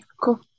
cool